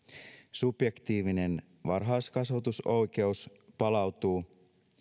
subjektiivinen varhaiskasvatusoikeus palautuu